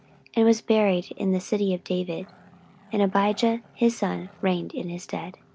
and was buried in the city of david and abijah his son reigned in his stead.